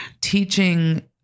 teaching